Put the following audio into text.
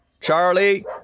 Charlie